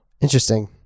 interesting